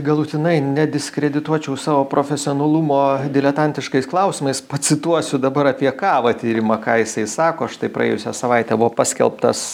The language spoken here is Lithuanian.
galutinai nediskredituočiau savo profesionalumo diletantiškais klausimais pacituosiu dabar apie kavą tyrimą ką jisai sako štai praėjusią savaitę paskelbtas